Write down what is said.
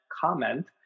comment